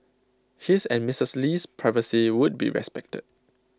his and Mrs Lee's privacy would be respected